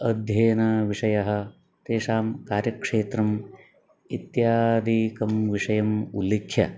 अध्ययनविषयः तेषां कार्यक्षेत्रम् इत्यादिकं विषयम् उल्लिख्य